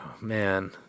man